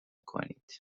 کنید